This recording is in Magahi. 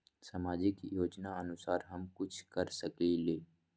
सामाजिक योजनानुसार हम कुछ कर सकील?